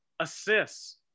assists